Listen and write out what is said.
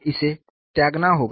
इसलिए इसे त्यागना होगा